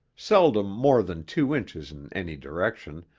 seldom more than two inches in any direction,